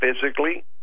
physically